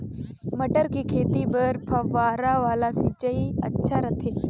मटर के खेती बर फव्वारा वाला सिंचाई अच्छा रथे?